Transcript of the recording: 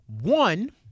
One